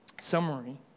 summary